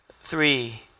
Three